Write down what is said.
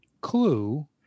clue